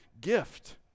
gift